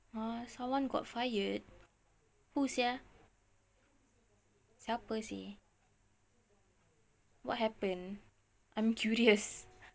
!huh! someone got fired who sia siapa seh what happen I'm curious